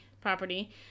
property